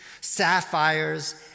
sapphires